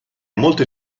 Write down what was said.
molte